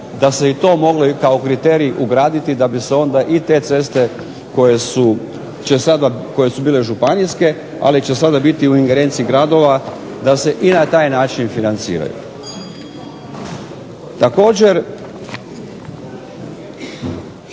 da se i to moglo i kao kriterij ugraditi da bi se onda i te ceste koje su bile županijske, ali će sada biti u ingerenciji gradova da se i na taj način financiraju. Također,